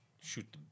shoot